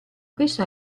questo